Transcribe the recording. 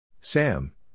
Sam